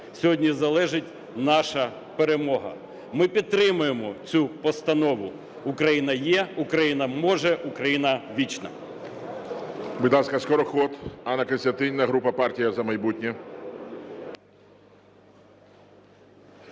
сьогодні залежить наша перемога. Ми підтримуємо цю постанову. Україна є, Україна може, Україна вічна!